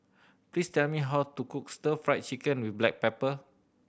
please tell me how to cook Stir Fried Chicken with black pepper